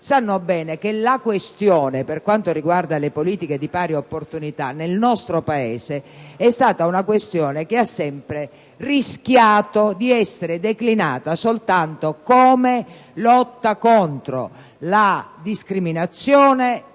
sanno bene che la questione, per quanto riguarda le politiche di pari opportunità, nel nostro Paese ha sempre rischiato di essere declinata soltanto come lotta contro la discriminazione